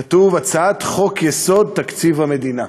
כתוב: הצעת חוק-יסוד: תקציב המדינה.